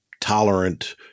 tolerant